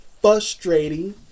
frustrating